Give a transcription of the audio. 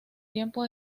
tiempo